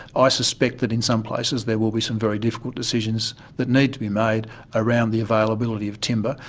i suspect that in some places there will be some very difficult decisions that need to be made around the availability of timber,